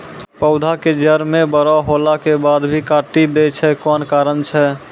पौधा के जड़ म बड़ो होला के बाद भी काटी दै छै कोन कारण छै?